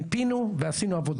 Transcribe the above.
מיפינו, ועשינו עבודה.